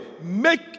Make